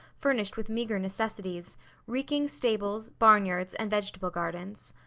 furnished with meagre necessities reeking stables, barnyards and vegetable gardens.